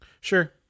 Sure